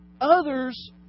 Others